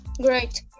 great